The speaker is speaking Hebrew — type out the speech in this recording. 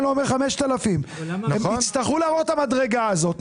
לא אומר 5,000. הם יצטרכו להעלות את המדרגה הזאת.